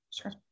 Sure